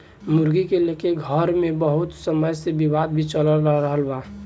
मुर्गी के लेके घर मे बहुत समय से विवाद भी चल रहल बा